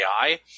AI